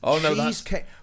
Cheesecake